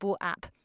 app